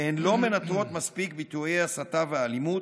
והן לא מנטרות מספיק ביטויי הסתה ואלימות,